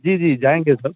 जी जी जाएँगे सर